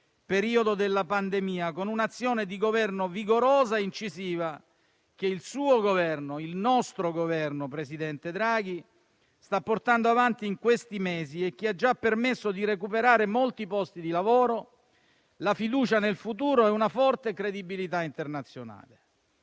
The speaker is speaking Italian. periodo della pandemia, con un'azione di Governo vigorosa e incisiva, che il suo Governo, il nostro Governo, presidente Draghi, sta portando avanti in questi mesi e che ha già permesso di recuperare molti posti di lavoro, la fiducia nel futuro e una forte credibilità internazionale.